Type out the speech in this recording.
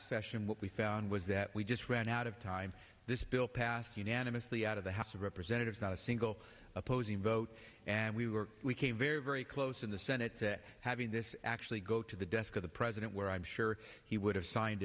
session what we found was that we just ran out of time this bill passed unanimously out of the house of representatives not a single opposing vote and we were very very close in the senate having this actually go to the desk of the president where i'm sure he would have signed